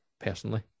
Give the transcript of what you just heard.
personally